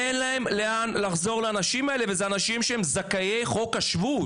אין להם לאן לחזור ואלה אנשים שזכאי חוק השבות.